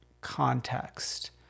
context